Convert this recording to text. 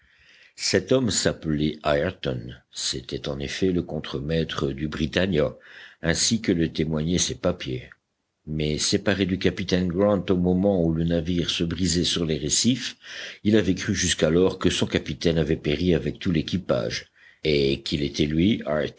cet homme s'appelait ayrton c'était en effet le contre-maître du britannia ainsi que le témoignaient ses papiers mais séparé du capitaine grant au moment où le navire se brisait sur les récifs il avait cru jusqu'alors que son capitaine avait péri avec tout l'équipage et qu'il était lui